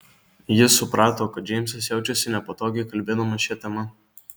ji suprato kad džeimsas jaučiasi nepatogiai kalbėdamas šia tema